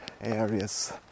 areas